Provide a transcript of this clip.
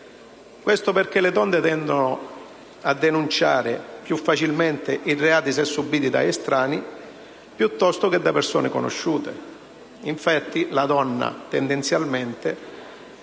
Questo perché le donne tendono a denunciare più facilmente i reati se subiti da estranei piuttosto che da persone conosciute. La donna, infatti, tendenzialmente